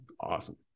Awesome